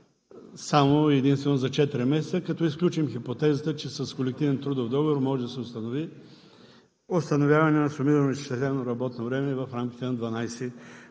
само и единствено за четири месеца, като изключим хипотезата, че с колективен трудов договор може да се установи установяване на сумирано изчислено работно време в рамките на 12 месеца.